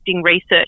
research